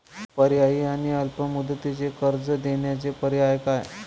पर्यायी आणि अल्प मुदतीचे कर्ज देण्याचे पर्याय काय?